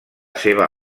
seva